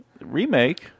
remake